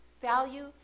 value